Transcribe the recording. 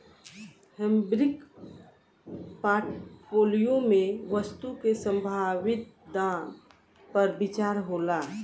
हेविंग portfolio में वस्तु के संभावित दाम पर विचार होला